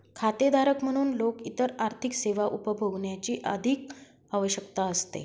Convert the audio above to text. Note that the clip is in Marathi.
खातेधारक म्हणून लोक इतर आर्थिक सेवा उपभोगण्याची अधिक शक्यता असते